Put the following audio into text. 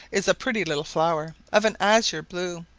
is a pretty little flower of an azure blue,